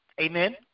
Amen